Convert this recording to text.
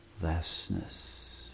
vastness